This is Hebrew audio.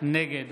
נגד